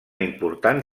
important